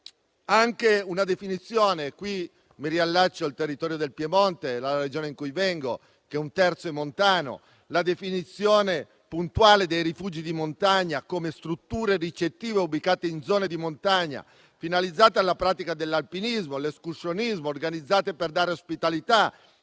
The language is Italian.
il tema più importante. Qui mi riallaccio al territorio del Piemonte, la Regione da cui provengo, che per un terzo è montano. È importante la definizione puntuale dei rifugi di montagna come strutture ricettive ubicate in zone di montagna, finalizzate alla pratica dell'alpinismo e all'escursionismo e organizzate per dare ospitalità